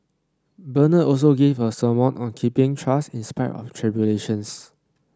Bernard also gave a sermon on keeping trust in spite of tribulations